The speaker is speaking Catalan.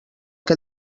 que